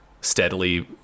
steadily